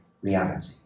reality